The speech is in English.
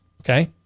okay